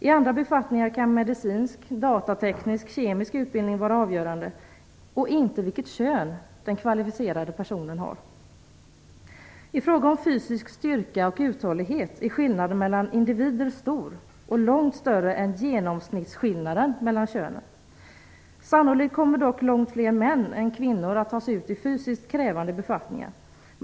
I andra befattningar kan medicinsk, datateknisk eller kemisk utbildning vara avgörande och inte vilket kön den kvalificerade personen har. I fråga om fysisk styrka och uthållighet är skillnaden mellan individer stor, långt större än genomsnittsskillnaden mellan könen. Sannolikt kommer dock långt fler män än kvinnor att tas ut till fysiskt krävande befattningar.